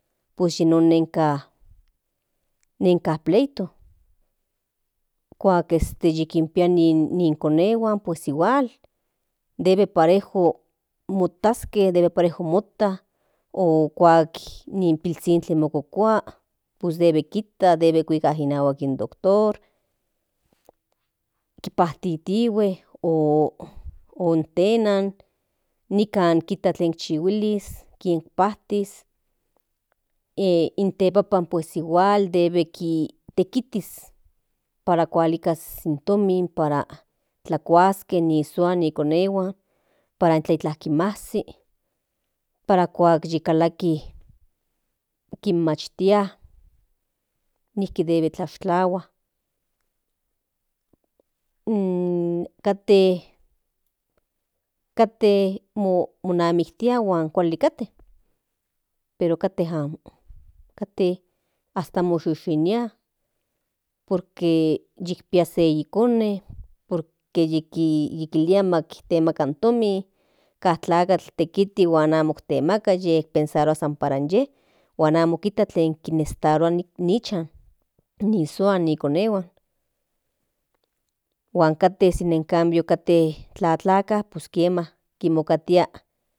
Kimokatia ni pilhuan n i sua tlen necesitarua intla ijkon huehueya aveces kana mas yiu pashalaktito kana yiukinhuikake yikinnononzha kinyektlajtlapuia ni konehuan in no maman antes de ikiliskia techtlajtlapui huan onechili cuando huejuei cuando yikpia kokolizkli ishmotakan inte huan mo tlahuikal amo motechmachakan inahuak mo konehuan o no suamonhuan amakan solo nan parejo motakan por que onanpejke onamenme nan omenme nan tlaniske mas okinpia ni konehuan debe yaske debe kinpiaske nin konehuan nin tlahuikal yaske pero namejuan san omenme omakuijke san omenme nan tlaniske huan omenme nan motaske